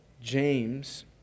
James